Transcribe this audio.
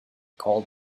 called